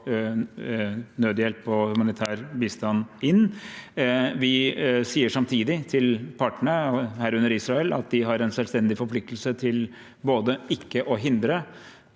nødhjelp og humanitær bistand inn. Vi sier samtidig til partene, herunder Israel, at de har en selvstendig forpliktelse til ikke å angripe,